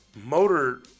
Motor